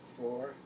Four